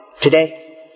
today